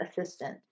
assistant